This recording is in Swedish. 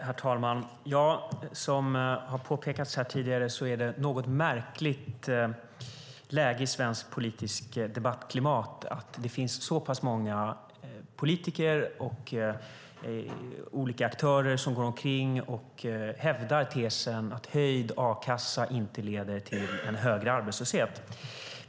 Herr talman! Som har påpekats här tidigare är det ett något märkligt läge i svenskt politiskt debattklimat att det är så många politiker och aktörer som hävdar tesen att höjd a-kassa inte leder till högre arbetslöshet.